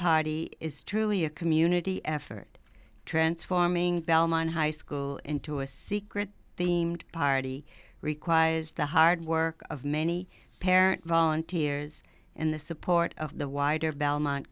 party is truly a community effort transforming belmont high school into a secret themed party requires the hard work of many parent volunteers and the support of the wider belmont